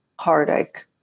heartache